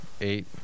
eight